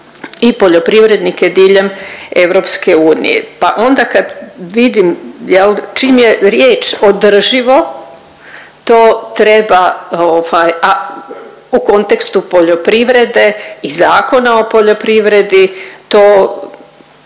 i poljoprivrednike diljem EU. Pa onda kad vidim jel, čim je riječ „održivo“, to treba ovaj, a u kontekstu poljoprivrede i Zakona o poljoprivredi,